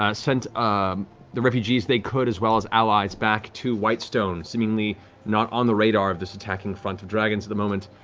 sent um the refugees they could, as well as allies, back to whitestone, seemingly not on the radar of this attacking front of dragons at the moment,